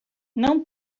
não